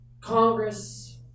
Congress